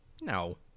No